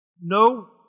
No